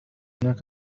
هناك